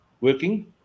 working